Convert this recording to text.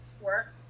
work